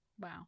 Wow